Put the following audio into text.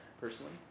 personally